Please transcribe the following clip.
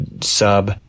sub